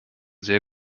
sehr